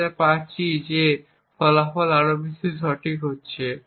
আমরা দেখতে পাচ্ছি যে ফলাফল আরও বেশি সঠিক হচ্ছে